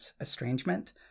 estrangement